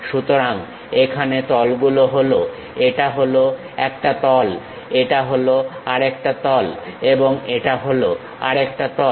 সুতরাং এখানে তলগুলো হলো এটা হল একটা তল এটা আরেকটা তল এবং এটা হল আরেকটা তল